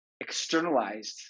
externalized